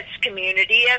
community